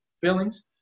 feelings